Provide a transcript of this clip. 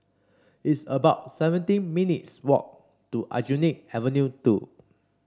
it's about seventeen minutes' walk to Aljunied Avenue Two